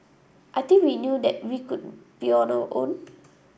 I think we knew that we could be on our own